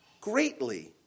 greatly